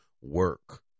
work